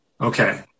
Okay